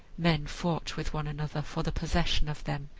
men fought with one another for the possession of them.